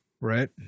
right